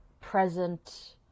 present